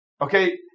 Okay